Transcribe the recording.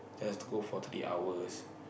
just go for three hours